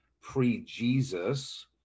pre-Jesus